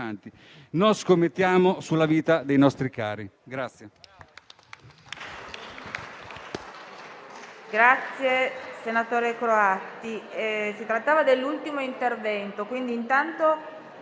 Non scommettiamo sulla vita dei nostri cari.